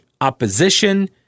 opposition